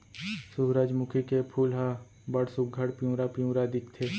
सुरूजमुखी के फूल ह बड़ सुग्घर पिंवरा पिंवरा दिखथे